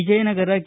Vijayanagara K